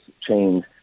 change